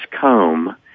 comb